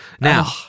Now